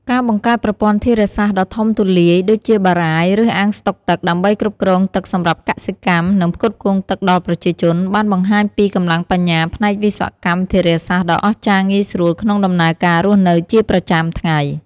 ការបង្កើតប្រព័ន្ធធារាសាស្ត្រដ៏ធំទូលាយដូចជាបារាយណ៍ ឬ អាងស្តុកទឹក ដើម្បីគ្រប់គ្រងទឹកសម្រាប់កសិកម្ម និងផ្គត់ផ្គង់ទឹកដល់ប្រជាជន បានបង្ហាញពីកម្លាំងបញ្ញាផ្នែកវិស្វកម្មធារាសាស្ត្រដ៏អស្ចារ្យងាយស្រួលក្នុងដំណើរការរស់នៅជាចាំថ្ងៃ។